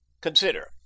Consider